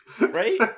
right